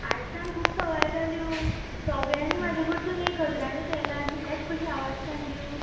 आटश्यान खूब सवाय जाल्यो सगळ्यांनी म्हाज्या कडसून एक हजरानूच व्हेला आनी तुकाच कशें हांव आटश्यान दिवं